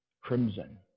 crimson